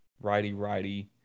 righty-righty